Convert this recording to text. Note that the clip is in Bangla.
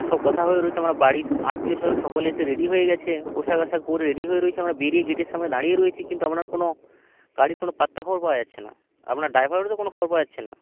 সব কথা হয়ে রয়েছে আমরা বাড়ির আত্মীয়স্বজন সকলে এসে রেডি হয়ে গিয়েছে পোশাক আশাক পরে রেডি হয়ে রয়েছে আমরা বেরিয়ে গেটের সামনে দাঁড়িয়ে রয়েছি কিন্তু আপনার কোনো গাড়ির কোনো পাত্তা খবর পাওয়া যাচ্ছে না আপনার ড্রাইভারেরও তো কোনো খবর পাওয়া যাচ্ছে না